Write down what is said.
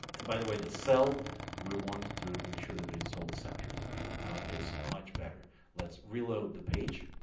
and by the way the cell we want to make sure that it's all centered okay now it's much better let's reload the page